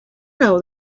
know